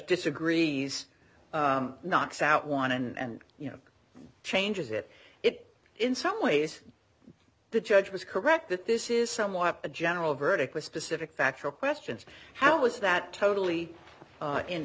disagrees knocks out one and you know changes it it in some ways the judge was correct that this is somewhat a general verdict was specific factual questions how was that totally